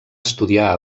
estudiar